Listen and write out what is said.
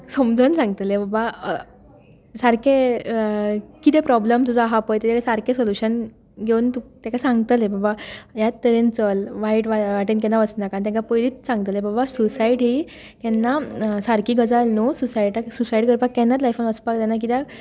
समजावन सांगतलें बाबा कितें प्रोबल्मस आसा पळय ताचें सारके सोल्यूसन घेवन ताका सांगतलें बाबा ह्याच तरेन चल वायट वटेन केन्ना वचनाका आनी तांकां पयलींच सांगतलें बाबा स्विसायड केन्ना सारकी गजाल न्हय स्विसायड करपाक केन्ना लायफांत वचपाक जायना कित्याक